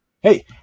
hey